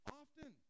often